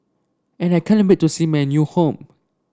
and I can't wait to see my new home